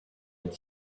had